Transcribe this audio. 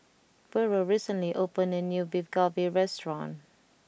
Burrel recently opened a new Beef Galbi restaurant